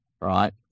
right